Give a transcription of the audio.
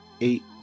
eight